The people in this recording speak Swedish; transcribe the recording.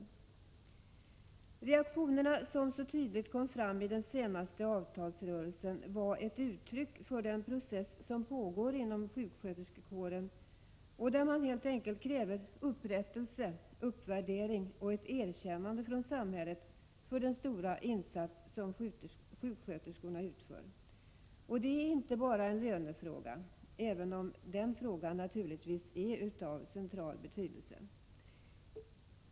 De reaktioner som så tydligt kom fram i den senaste avtalsrörelsen var ett uttryck för den process som pågår inom sjuksköterskekåren, där man helt enkelt kräver upprättelse, uppvärdering och ett erkännande från samhället för den stora insats som sjuksköterskorna utför. Det är inte bara en lönefråga, även om den saken naturligtvis är av central betydelse.